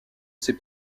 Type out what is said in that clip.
ses